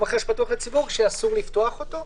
אחר שפתוח לציבור כאשר אסור לפתוח אותו.